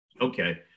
Okay